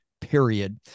Period